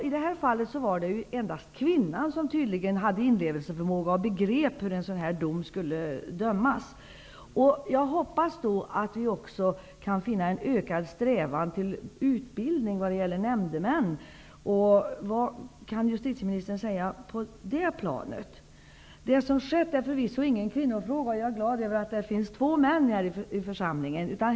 I det nämnda fallet var det tydligen endast kvinnan som hade inlevelseförmåga och som begrep hur ett brott som detta skulle dömas. Jag hoppas att vi också kan uppnå en ökad strävan till utbildning av nämndemän. Vad kan justitieministern säga i den frågan? Det som skett är förvisso ingen kvinnofråga och det gläder mig att det finns två män här i kammaren.